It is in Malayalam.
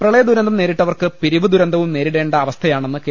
പ്രളയദുരന്തം നേരിട്ടവർക്ക് പിരിവ് ദുരന്തവും നേരിടേണ്ട അവ സ്ഥയാണെന്ന് കെ